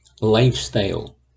Lifestyle